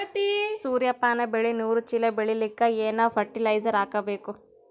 ಸೂರ್ಯಪಾನ ಬೆಳಿ ನೂರು ಚೀಳ ಬೆಳೆಲಿಕ ಏನ ಫರಟಿಲೈಜರ ಹಾಕಬೇಕು?